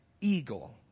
eagle